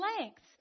lengths